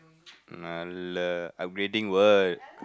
[alah] upgrading what